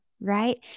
right